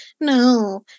No